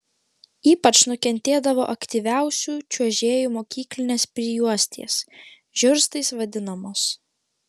ypač nukentėdavo aktyviausių čiuožėjų mokyklinės prijuostės žiurstais vadinamos